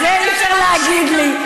את זה אי-אפשר להגיד לי.